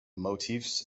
motifs